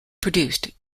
produced